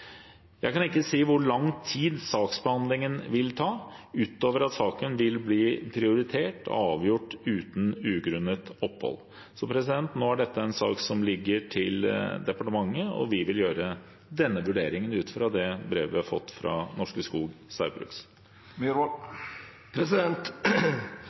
Jeg kan ikke si hvor lang tid saksbehandlingen vil ta, utover at saken vil bli prioritert og avgjort uten ugrunnet opphold. Nå er dette en sak som ligger hos departementet, og vi vil gjøre denne vurderingen ut fra det brevet vi har fått fra Norske Skog